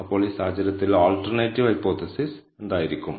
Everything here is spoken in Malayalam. അപ്പോൾ ഈ സാഹചര്യത്തിൽ ആൾട്ടർനേറ്റീവ് ഹൈപോതെസിസ് എന്തായിരിക്കും